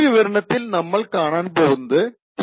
ഈ വിവരണത്തിൽ നമ്മൾ കാണാൻ പോകുന്നത് T0